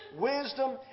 wisdom